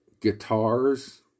Guitars